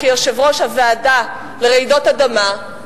כיושב-ראש הוועדה לרעידות אדמה,